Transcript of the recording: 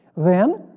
then,